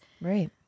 Right